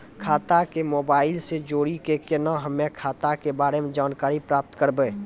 खाता के मोबाइल से जोड़ी के केना हम्मय खाता के बारे मे जानकारी प्राप्त करबे?